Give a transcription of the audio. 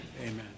Amen